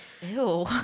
Ew